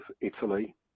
Italy